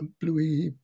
bluey